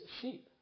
sheep